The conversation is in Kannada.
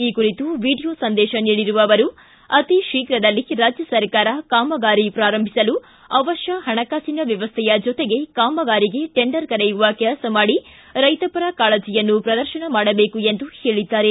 ಈ ಕುರಿತು ವಿಡಿಯೋ ಸಂದೇಶ ನೀಡಿರುವ ಅವರು ಅತೀ ಶೀಘ್ರದಲ್ಲೇ ರಾಜ್ಯ ಸರಕಾರ ಕಾಮಗಾರಿ ಪ್ರಾರಂಭಿಸಲು ಅವಶ್ಯ ಹಣಕಾಸಿನ ವ್ಯವಸ್ಥೆಯ ಜೊತೆಗೆ ಕಾಮಗಾರಿಗೆ ಟೆಂಡರ್ ಕರೆಯುವ ಕೆಲಸ ಮಾಡಿ ರೈತಪರ ಕಾಳಜೆಯನ್ನು ಪ್ರದರ್ಶನ ಮಾಡಬೇಕು ಎಂದು ಹೇಳಿದ್ದಾರೆ